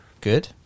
good